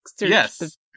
Yes